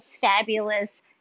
fabulous